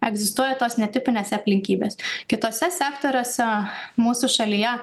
egzistuoja tos netipinės aplinkybės kituose sektoriuose mūsų šalyje